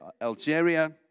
Algeria